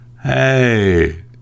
Hey